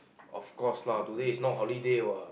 of course lah today is not holiday what